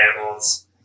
animals